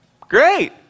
great